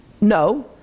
No